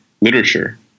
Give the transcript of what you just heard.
literature